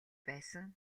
байсан